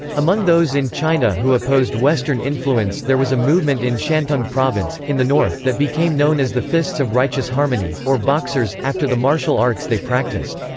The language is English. among those in china who opposed western influence there was a movement in shantung province, in the north, that became known as the fists of righteous harmony, or boxers, after the martial arts they practiced.